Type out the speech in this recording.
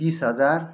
तिस हजार